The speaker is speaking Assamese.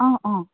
অ অ